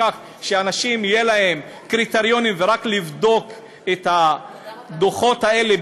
וכך לאנשים יהיו קריטריונים רק לבדוק את הדוחות האלה,